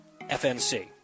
FNC